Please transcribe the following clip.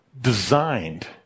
designed